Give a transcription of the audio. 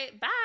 bye